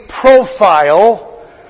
profile